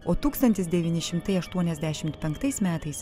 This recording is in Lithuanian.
o tūkstantis devyni šimtai aštuoniasdešimt penktais metais